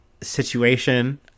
situation